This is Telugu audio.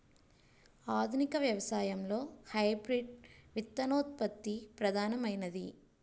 ఆధునిక వ్యవసాయంలో హైబ్రిడ్ విత్తనోత్పత్తి ప్రధానమైనది